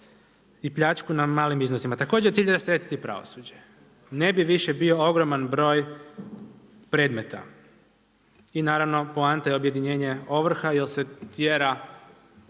i pljačku na malim iznosima. Također cilj je rasteretiti pravosuđe. Ne bi više bio ogroman broj predmeta. I naravno poanta je objedinjenje ovrha jer se tjera